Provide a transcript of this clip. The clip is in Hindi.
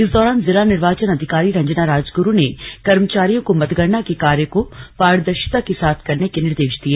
इस दौरान जिला निर्वाचन अधिकारी रंजना राजगुरु ने कर्मचारियों को मतगणना के कार्य को पारदर्शिता के साथ करने के निर्देश दिए